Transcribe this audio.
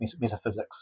metaphysics